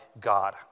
God